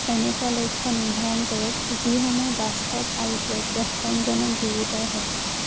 এনেকুৱা লক্ষ্য নিৰ্ধাৰণ কৰক যিসমূহ বাস্তৱ আৰু প্ৰত্যাহ্বানজনক দুয়োটাই হয়